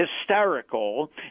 hysterical